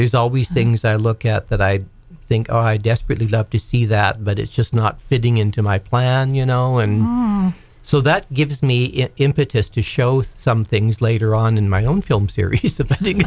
there's always things i look at that i think i desperately love to see that but it's just not fitting into my plan you know and so that gives me a impetus to show some things later on in my own film series